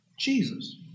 Jesus